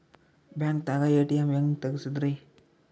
ಬ್ಯಾಂಕ್ದಾಗ ಎ.ಟಿ.ಎಂ ಹೆಂಗ್ ತಗಸದ್ರಿ?